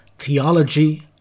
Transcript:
Theology